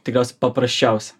tikriausiai paprasčiausia